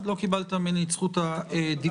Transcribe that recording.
לא קבלת ממני את זכות הדיבור.